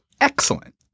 Excellent